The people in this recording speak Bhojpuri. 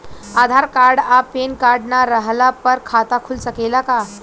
आधार कार्ड आ पेन कार्ड ना रहला पर खाता खुल सकेला का?